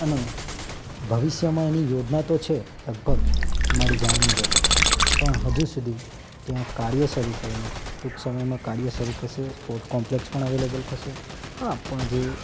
અને ભવિષ્યમાં એની યોજના તો છે લગભગ મારી જાણ મુજબ પણ હજુ સુધી ત્યાં કાર્યો શરૂ થયો નથી ટૂંક સમયમાં કાર્ય શરૂ થશે સ્પોર્ટ્સ કોમ્પ્લેકસ પણ અવેલેબલ થશે હા પણ જે